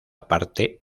parte